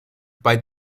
bei